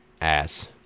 Ass